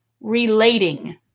relating